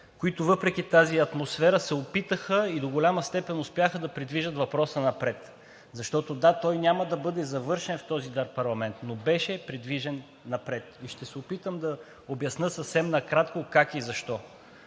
които въпреки тази атмосфера, се опитаха и до голяма степен успяха да придвижат въпроса напред, защото – да, той няма да бъде завършен в този парламент, но беше придвижен напред. И ще се опитам да обясня съвсем накратко как и защо?